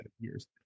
years